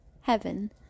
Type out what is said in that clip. Heaven